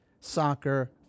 soccer